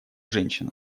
женщина